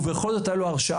ובכל זאת היה לו הרשעה,